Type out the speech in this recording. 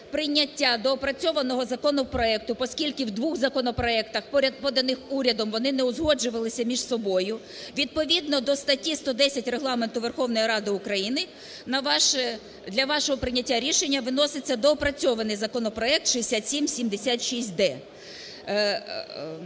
прийняття доопрацьованого законопроекту, поскільки у двох законопроектах поряд із поданими урядом вони не узгоджувалися між собою, відповідно до статті 110 Регламенту Верховної Ради України для вашого прийняття рішення виноситься доопрацьований законопроект 6776-д,